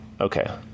okay